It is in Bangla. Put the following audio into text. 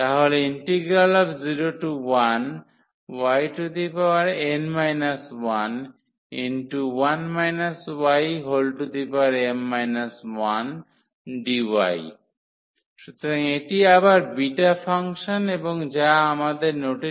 তাহলে 01yn 11 ym 1dy